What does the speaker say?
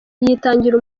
yitangira